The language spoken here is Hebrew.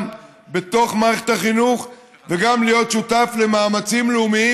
בתוך מערכת החינוך וגם להיות שותף למאמצים לאומיים,